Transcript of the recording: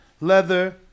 leather